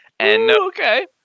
Okay